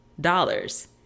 dollars